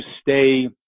stay